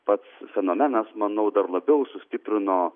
pats fenomenas manau dar labiau sustiprino